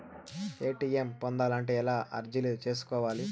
ATM పొందాలంటే ఎలా అర్జీ సేసుకోవాలి?